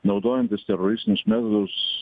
naudojantis teroristinius metodus